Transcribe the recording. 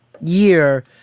year